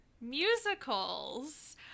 musicals